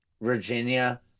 Virginia